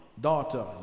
Daughter